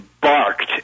barked